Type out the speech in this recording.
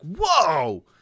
whoa